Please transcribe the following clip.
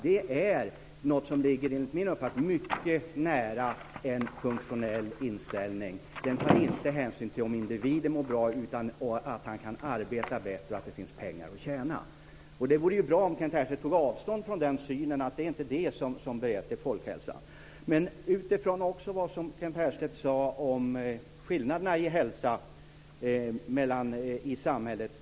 Detta är något som enligt min uppfattning ligger mycket nära en funktionell inställning. Den tar inte hänsyn till om individen mår bra utan till att han kan arbeta bättre och att det finns pengar att tjäna. Det vore bra om Kent Härstedt tog avstånd från den synen och sade att det inte är det som folkhälsa handlar om. Jag vill också ställa en fråga utifrån det Kent Härstedt sade om skillnaderna i hälsa i samhället.